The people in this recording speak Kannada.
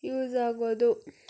ಯೂಸ್ ಆಗೋದು